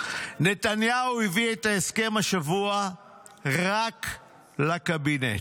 נתניהו הביא את ההסכם השבוע רק לקבינט,